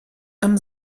einem